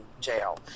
jail